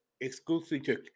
exclusively